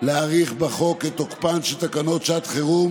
להאריך בחוק את תוקפן של תקנות שעת חירום